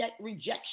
rejection